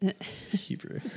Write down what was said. Hebrew